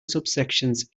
subsections